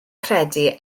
credu